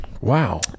wow